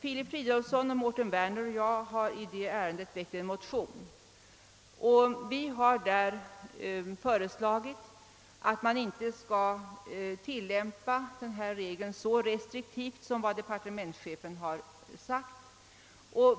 Herr Fridolfsson i Stockholm, herr Werner och jag själv har i det avseendet väckt motionen 11: 1249 — likalydande med motionen 1:986 — med förslag att denna regel inte skall tillämpas så restriktivt som departementschefen förordat.